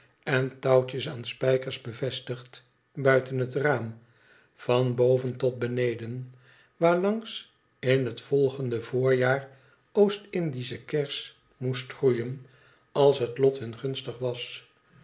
en touwtjes aan spijkers bevestigd buiten het raam van boven tot beneden waarlangs in het volgende voorjaar oostindische kers moest groeien als het lot hun gunstig was